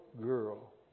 girl